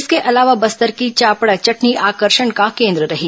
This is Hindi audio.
इसके अलावा बस्तर की चापड़ा चटनी आकर्षण का केन्द्र रही